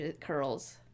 curls